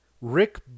Rick